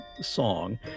song